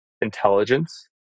intelligence